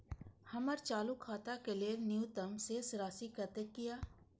हमर चालू खाता के लेल न्यूनतम शेष राशि कतेक या?